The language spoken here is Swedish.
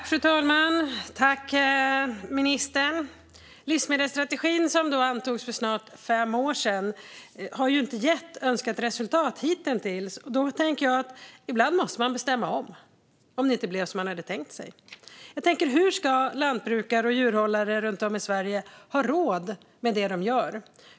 Fru talman och ministern! Livsmedelsstrategin, som antogs för snart fem år sedan, har inte gett önskat resultat hitintills. Då tänker jag: Ibland måste man bestämma om, om det inte blev som man hade tänkt sig. Hur ska lantbrukare och djurhållare runt om i Sverige ha råd med det de gör?